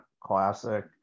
classic